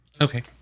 Okay